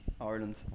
ireland